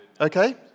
Okay